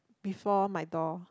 before my door